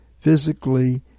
physically